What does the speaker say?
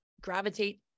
gravitate